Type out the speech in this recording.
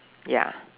ya